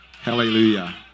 Hallelujah